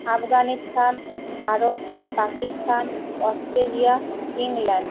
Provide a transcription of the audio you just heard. Afghanistan Bharat Pakistan Australia England